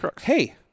hey